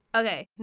okay.